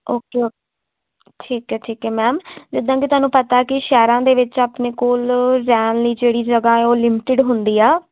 okay ਓ ਠੀਕ ਹੈ ਠੀਕ ਹੈ ਮੈਮ ਜਿੱਦਾਂ ਕਿ ਤੁਹਾਨੂੰ ਪਤਾ ਕਿ ਸ਼ਹਿਰਾਂ ਦੇ ਵਿੱਚ ਆਪਣੇ ਕੋਲ ਰਹਿਣ ਲਈ ਜਿਹੜੀ ਜਗ੍ਹਾ ਉਹ ਲਿਮਿਟਡ ਹੁੰਦੀ ਆ